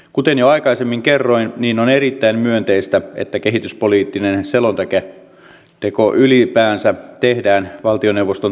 kuten jo aikaisemmin kerroin on erittäin myönteistä että kehityspoliittinen selonteko ylipäänsä tehdään valtioneuvoston toimesta